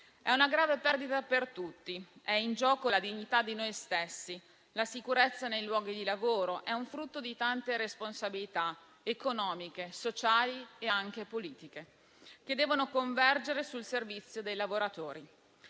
una grave perdita per tutti. È in gioco la dignità di noi stessi. La sicurezza nei luoghi di lavoro è un frutto di tante responsabilità, economiche, sociali e anche politiche, che devono convergere sul servizio dei lavoratori.